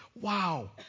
Wow